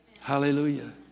Hallelujah